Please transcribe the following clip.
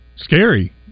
scary